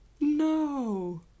no